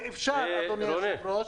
ואפשר, אדוני היושב-ראש,